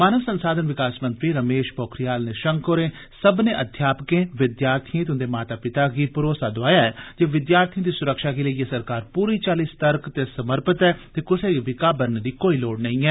मानव संसाधन विकास मंत्री रमेश पोखरियाल निशंक होरें सब्बनें अध्यापकें विद्यार्थिएं ते उन्दे माता पिता गी भरोसा दोआया जे विद्यार्थिएं दी सुरक्षा गी लेइयै सरकार पूरी चाल्ली सर्तक ते समर्पित ऐ ते कुसै गी बी घाबरने दी कोई लोड़ नेई ऐ